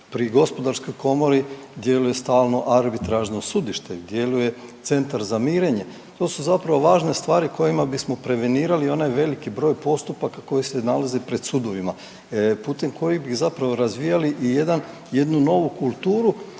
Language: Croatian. Pri gospodarskoj komori djeluje stalno arbitražno sudište, djeluje centar za mirenje, to su zapravo važne stvari kojima bismo prevenirali onaj veliki broj postupaka koji se nalazi pred sudovima putem kojih bi zapravo razvijali i jedan, jednu novu kulturu